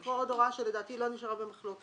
לקרוא עוד הוראה שלדעתי לא נשארה במחלוקת.